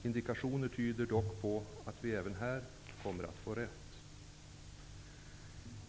Indikationer tyder tyvärr på att vi även här kommer att få rätt.